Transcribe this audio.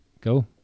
go